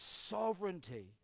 sovereignty